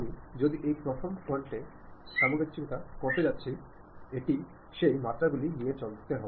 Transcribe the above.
এখন আমি যদি এই প্রথম ফ্রন্ট এ সামঞ্জস্য করতে যাচ্ছি এটি সেই মাত্রাগুলি নিতে চলেছে